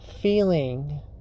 feeling